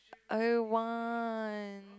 I want